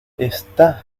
está